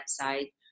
website